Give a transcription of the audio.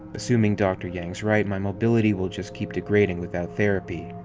assuming dr. yang's right, my mobility will just keep degrading without therapy.